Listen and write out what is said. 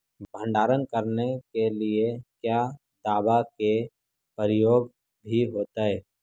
भंडारन करने के लिय क्या दाबा के प्रयोग भी होयतय?